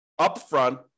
upfront